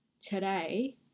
today